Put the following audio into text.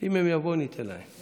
אם הם יבואו, ניתן להם,